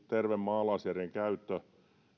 terve maalaisjärjen käyttö